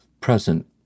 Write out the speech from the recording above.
present